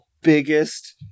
biggest